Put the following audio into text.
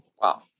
Wow